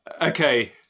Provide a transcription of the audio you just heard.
Okay